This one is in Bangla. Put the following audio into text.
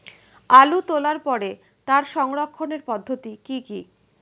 আলু তোলার পরে তার সংরক্ষণের পদ্ধতি কি কি?